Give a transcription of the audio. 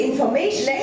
information